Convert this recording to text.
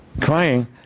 crying